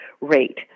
rate